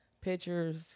Pictures